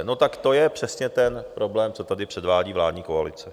No tak to je přesně ten problém, co tady předvádí vládní koalice.